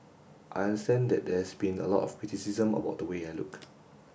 I understand that there's been a lot of criticism about the way I look